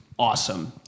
awesome